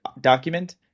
document